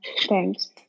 Thanks